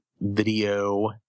video